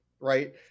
right